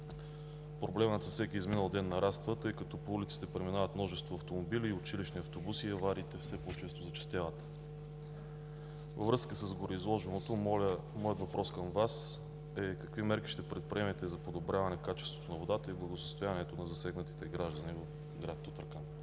Проблемът с всеки изминал ден нараства, тъй като по улицата преминават училищни автобуси и авариите все повече зачестяват. Във връзка с гореизложените факти, моят въпрос към Вас е: какви мерки ще предприемете за подобряване качеството на водата и благосъстоянието на засегнатите жители в град Тутракан?